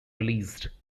released